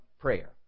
prayer